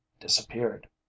disappeared